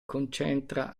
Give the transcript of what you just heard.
concentra